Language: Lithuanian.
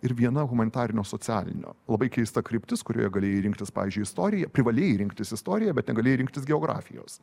ir viena humanitarinio socialinio labai keista kryptis kurioje galėjai rinktis pavyzdžiui istoriją privalėjai rinktis istoriją bet negalėjai rinktis geografijos